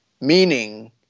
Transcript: meaning